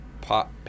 pot